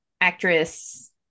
actress